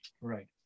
right